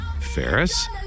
ferris